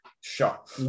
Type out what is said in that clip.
shot